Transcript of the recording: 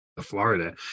florida